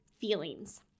feelings